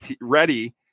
ready